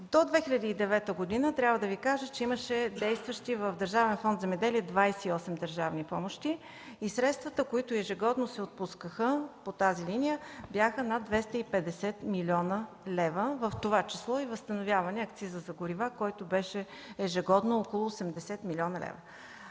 „Земеделие” имаше 28действащи държавни помощи и средствата, които ежегодно се отпускаха по тази линия, бяха над 250 млн. лв., в това число и възстановяване акцизът за горива, който беше ежегодно около 80 млн. лв.